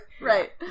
Right